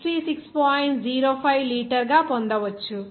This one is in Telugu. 05 లీటర్ గా పొందవచ్చు